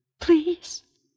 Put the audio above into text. Please